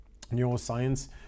Neuroscience